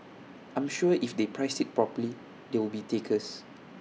I'm sure if they price IT properly there will be takers